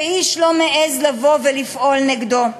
שאיש לא מעז לבוא ולפעול נגדו.